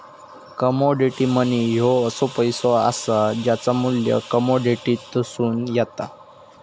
commodity money ह्यो असो पैसो असा ज्याचा मू्ल्य कमोडिटीतसून येता